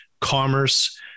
commerce